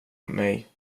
mig